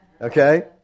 Okay